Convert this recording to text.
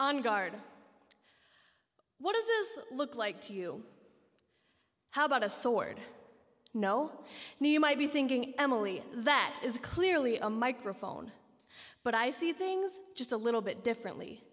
on guard what does it look like he'll how about a sword no need you might be thinking emily that is clearly a microphone but i see things just a little bit differently